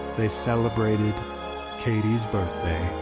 they celebrated katie's birthday.